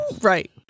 Right